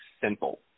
simple